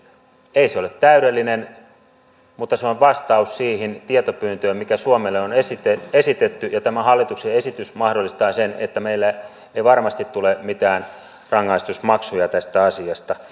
ei se ole täydellinen mutta se on vastaus siihen tietopyyntöön mikä suomelle on esitetty ja tämä hallituksen esitys mahdollistaa sen että meille ei varmasti tule mitään rangaistusmaksuja tästä asiasta